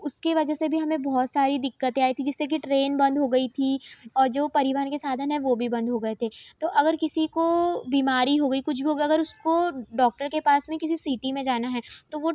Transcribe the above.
उसके वजह से भी हमें बहुत सारी दिक्कतें आई थीं जिससे कि ट्रेन बंद हो गई थी और जो परिवहन के साधन हैं वो भी बंद हो गये थे तो अगर किसी को बीमारी हो गई कुछ भी हो गया अगर उसको डॉक्टर के पास में किसी सिटी में जाना है तो वो